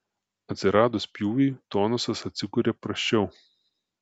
atsiradus pjūviui tonusas atsikuria prasčiau